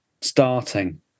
starting